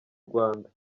rwanda